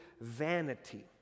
vanity